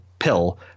pill